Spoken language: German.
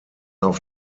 auf